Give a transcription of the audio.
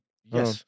Yes